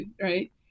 right